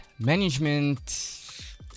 Management